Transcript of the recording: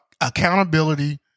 accountability